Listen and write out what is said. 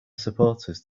supporters